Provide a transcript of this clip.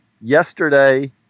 yesterday